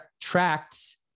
tracts